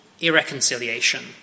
irreconciliation